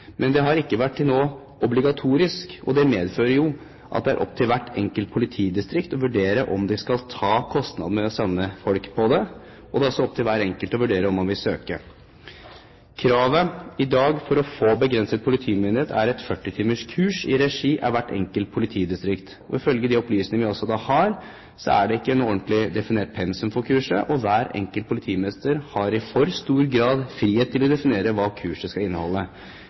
men kan betegnes som en slags grunnutdanning for sivilt uniformerte. Det har til nå ikke vært obligatorisk, og det medfører at det er opp til hvert enkelt politidistrikt å vurdere om de skal ta kostnadene med å sende folk på det. Det er også opp til hver enkelt å vurdere om man vil søke. Kravet i dag for å få begrenset politimyndighet er et 40 timers kurs i regi av hvert enkelt politidistrikt. Ifølge de opplysninger vi har, er det ikke noe ordentlig definert pensum for kurset, og hver enkelt politimester har i for stor grad frihet til å definere hva kurset skal inneholde.